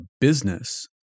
business